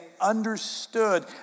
understood